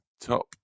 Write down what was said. top